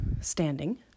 standing